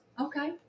okay